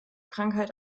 krankheit